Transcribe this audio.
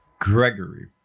gregory